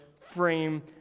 frame